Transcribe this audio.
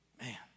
Man